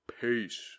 Peace